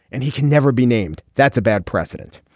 and he can never be named. that's a bad precedent.